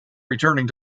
returning